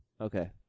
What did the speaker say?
Okay